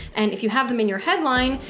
and if you have them in your headline,